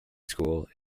school